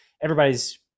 everybody's